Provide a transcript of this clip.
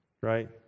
right